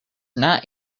not